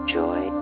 joy